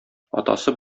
атасы